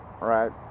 right